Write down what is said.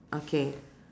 okay